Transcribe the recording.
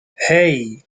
hey